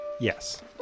Yes